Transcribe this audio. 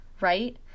Right